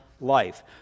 life